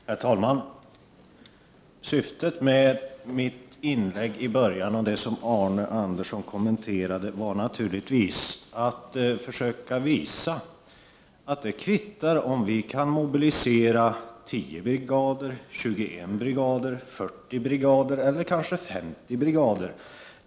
Herr talman! Syftet med den del av mitt inlägg som berördes i början av Arne Anderssons kommentarer var naturligtvis att försöka visa att det kvittar om vi kan mobilisera 10, 21, 40 eller kanske 50 brigader.